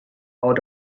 out